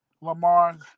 Lamar